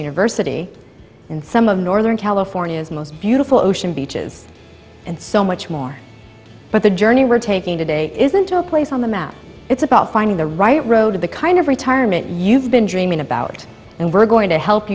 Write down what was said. university in some of northern california's most beautiful ocean beaches and so much more but the journey we're taking today isn't a place on the map it's about finding the right road to the kind of retirement you've been dreaming about and we're going to help